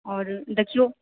आओर दखियौ